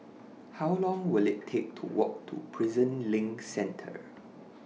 How Long Will IT Take to Walk to Prison LINK Centre